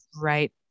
right